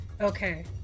Okay